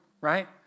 right